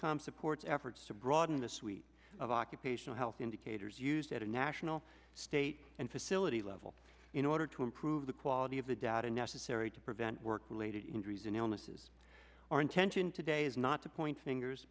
calm supports efforts to broaden the suite of occupational health indicators used at a national state and facility level in order to improve the quality of the data necessary to prevent work related injuries and illnesses our intention today is not to point fingers